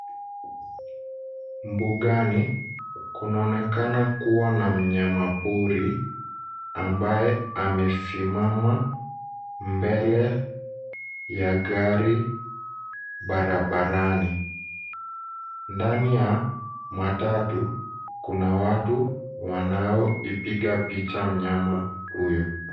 Mbugani, kunaonekana kuwa na mnyama pori ambaye amesimama mbele ya gari barabarani. Ndani ya matatu, kuna watu wanaoipiga picha mnyama huyo.